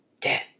Dead